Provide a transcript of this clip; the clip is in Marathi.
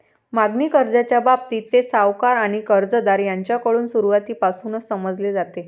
मागणी कर्जाच्या बाबतीत, ते सावकार आणि कर्जदार यांच्याकडून सुरुवातीपासूनच समजले जाते